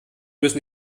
müssen